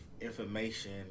information